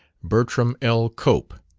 bertram l. cope,